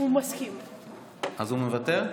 אז הוא מוותר?